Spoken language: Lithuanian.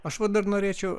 aš va dar norėčiau